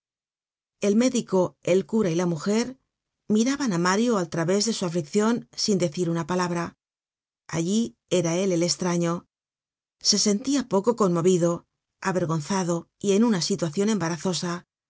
el médico el cura y la mujer miraban á mario al través de su afliccion sin decir una palabra allí era él el estraño se sentia poco conmovido avergonzado y en una situacion embarazosa